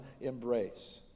embrace